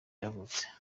yavutse